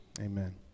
Amen